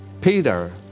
Peter